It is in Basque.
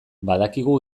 badakigu